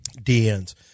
DNs